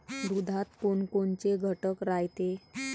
दुधात कोनकोनचे घटक रायते?